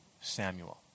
Samuel